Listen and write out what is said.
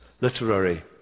Literary